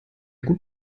gut